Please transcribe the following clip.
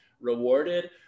rewarded